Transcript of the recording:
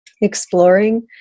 exploring